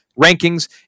rankings